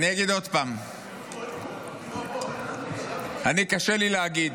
אני אגיד עוד פעם, קשה לי להגיד